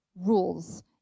rules